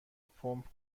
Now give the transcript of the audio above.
پمپ